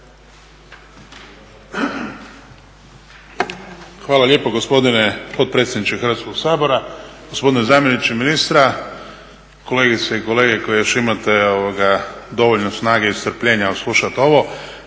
Hvala lijepo gospodine potpredsjedniče Hrvatskog sabora, gospodine zamjeniče ministra, kolegice i kolege koji još imate dovoljno snage i strpljenja odslušati ovo.